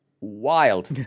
Wild